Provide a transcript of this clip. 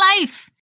life